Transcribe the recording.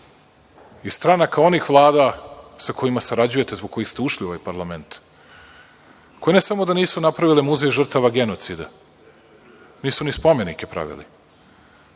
i stranaka onih Vlada sa kojima sarađujete, zbog kojih ste ušli u ovaj parlament, koje ne samo da nisu napravile muzej žrtava genocida, nisu ni spomenike pravili.